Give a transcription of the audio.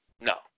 no